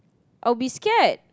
I'll be scared